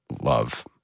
love